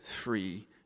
free